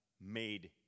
made